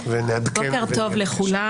בוקר טוב לכולם.